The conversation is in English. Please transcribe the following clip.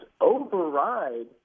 override